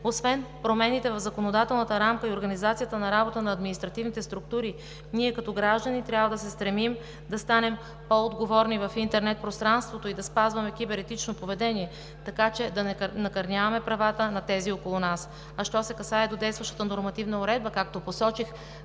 Освен промените в законодателната рамка и организацията на работа на административните структури ние като граждани трябва да се стремим да станем по-отговорни в интернет пространството и да спазваме киберетично поведение, така че да не накърняваме правата на тези около нас. А що се касае до действащата нормативна уредба, както посочих,